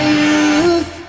youth